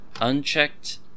unchecked